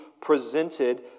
presented